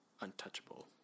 untouchable